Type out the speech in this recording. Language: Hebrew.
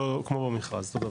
כמו במכרז, אותו דבר.